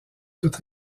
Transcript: toute